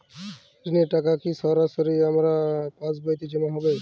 ঋণের টাকা কি সরাসরি আমার পাসবইতে জমা হবে?